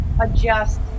adjust